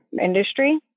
industry